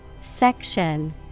Section